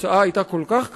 והתוצאה היתה כל כך קשה,